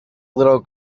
little